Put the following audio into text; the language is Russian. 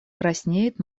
краснеет